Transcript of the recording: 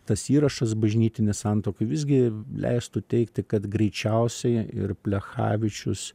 tas įrašas bažnytinė santuokoj visgi leistų teigti kad greičiausiai ir plechavičius